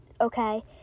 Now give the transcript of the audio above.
Okay